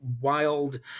wild